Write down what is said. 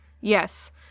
Yes